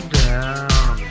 down